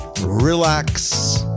relax